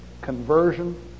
conversion